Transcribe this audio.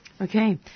okay